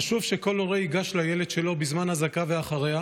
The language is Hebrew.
חשוב שכל הורה ייגש לילד שלו בזמן אזעקה ואחריה